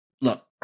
look